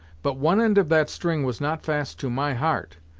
but one end of that string was not fast to my heart,